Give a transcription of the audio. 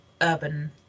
urban